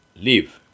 leave